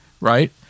right